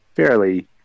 fairly